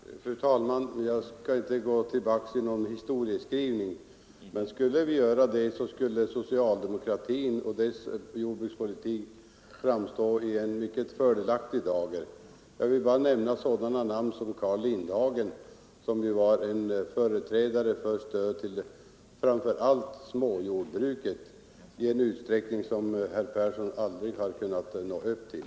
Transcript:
Sar gg VE AG Fru talman! Jag skall här inte gå in i någon debatt om historieskriv = De privata städbo ningen, men om jag gjorde det skulle socialdemokratins jordbrukspolitik lagen framstå i mycket fördelaktig dager. Jag vill här bara nämna Carl Lind hagen, som ju var förespråkare för stöd åt framför allt småbruket, i en utsträckning som herr Persson i Heden aldrig kunnat nå upp till.